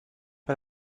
pas